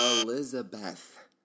Elizabeth